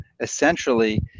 essentially